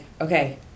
okay